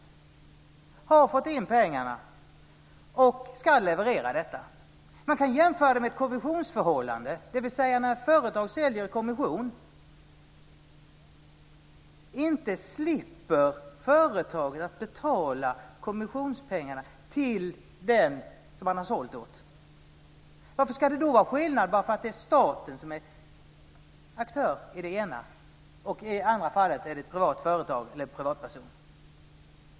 De har fått in pengarna och ska leverera dem. Man kan jämföra det med ett kommissionsförhållande, dvs. när ett företag säljer i kommission. Inte slipper företaget att betala kommissionspengarna till den som man sålt åt. Ska det då vara skillnad bara därför att det är staten som är aktör i det ena fallet och i det andra fallet ett privat företag eller en privatperson?